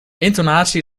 intonatie